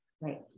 Right